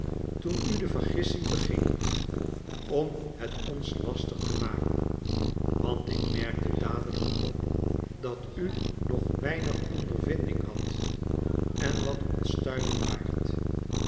toen u de vergissing begingt om het ons lastig te maken want ik merkte dadelijk op dat u nog weinig ondervinding hadt en wat onstuimig waart